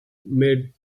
made